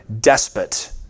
despot